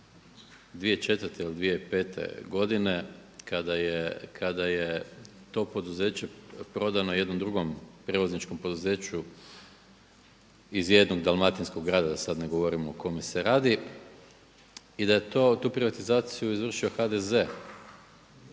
2004. ili 2005. godine kada je to poduzeće prodano jednom drugom prijevozničkom poduzeću iz jednog dalmatinskog grada da sada ne govorim o kome se radi i da je tu privatizaciju izvršio HDZ